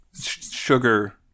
sugar